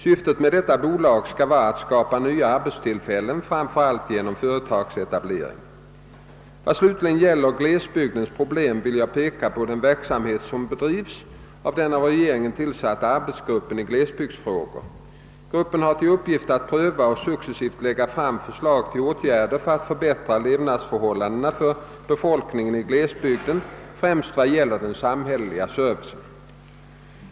Syftet med detta bolag skall vara att skapa nya arbetstillfällen framför allt genom Vad slutligen gäller glesbygdens problem vill jag peka på den verksamhet som bedrivs av den av regeringen tillsatta arbetsgruppen för glesbygdsfrågor. Gruppen har till uppgift att pröva och successivt lägga fram förslag till åtgärder för att förbättra levnadsförhållandena för befolkningen i glesbygden främst vad gäller den samhälleliga servicen.